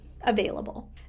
available